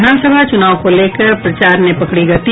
विधानसभा चूनाव को लेकर प्रचार ने पकड़ी गति